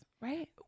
right